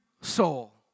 soul